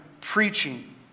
preaching